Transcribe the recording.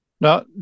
Now